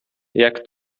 jak